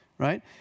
right